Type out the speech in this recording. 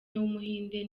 w’umuhinde